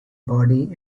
body